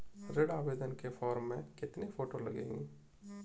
ऋण आवेदन के फॉर्म में कितनी फोटो लगेंगी?